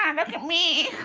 and look at me.